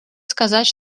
сказать